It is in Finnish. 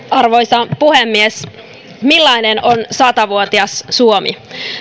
arvoisa puhemies millainen on sata vuotias suomi